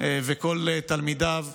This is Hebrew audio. וכל תלמידיו.